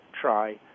try